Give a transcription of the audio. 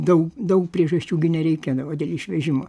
daug daug priežasčių gi nereikėdavo dėl išvežimo